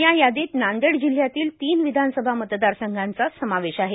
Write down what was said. या यादीत नांदेड जिल्ह्यातल्या तीन विधानसभा मतदारसंघांचा समावेष आहे